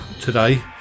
today